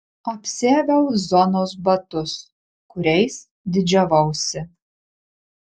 apsiaviau zonos batus kuriais didžiavausi